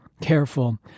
Careful